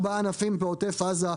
ארבעה ענפים בעוטף עזה,